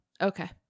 okay